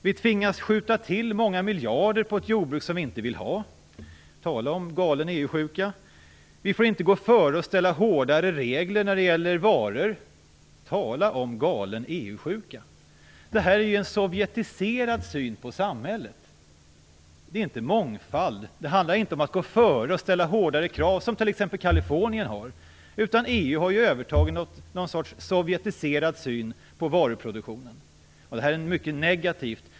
Vi tvingas skjuta till många miljarder till ett jordbruk som vi inte vill ha. Tala om galen EU-sjuka! Vi får inte gå före och skapa hårdare regler när det gäller varor. Tala om galen EU sjuka! Det här är ju en sovjetiserad syn på samhället. Det är inte mångfald. Det handlar inte om att gå före och ställa hårdare krav, som t.ex. Kalifornien har, utan EU har övertagit någon sorts sovjetiserad syn på varuproduktionen. Det här är mycket negativt.